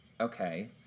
okay